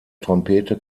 trompete